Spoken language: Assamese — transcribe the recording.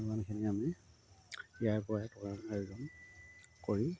যিখিনি আমি ইয়াৰ পৰাই টকাৰ আয়োজন কৰি